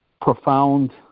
profound